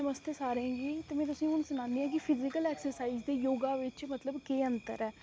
नमस्ते सारें गी ते में हून तुसेंगी सनान्नी आं कि फिजिकल एक्सरसाइज़ ते योग बिच मतलब केह् अंतर ऐ